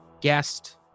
guest